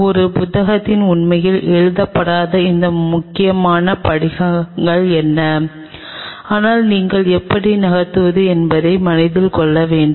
ஒரு புத்தகத்தில் உண்மையில் எழுதப்படாத அந்த முக்கியமான படிகள் என்ன ஆனால் நீங்கள் எப்படி நகர்த்துவது என்பதை மனதில் கொள்ள வேண்டும்